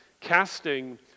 casting